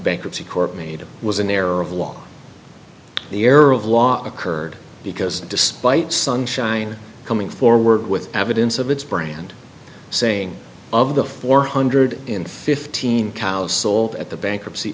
bankruptcy court made was an error of law the error of law occurred because despite sunshine coming forward with evidence of its brand saying of the four hundred and fifteen cows sold at the bankruptcy